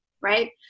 right